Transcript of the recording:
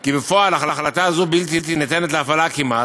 כי בפועל החלטה זו בלתי ניתנת להפעלה כמעט,